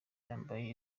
yambaye